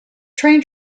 train